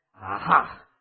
Aha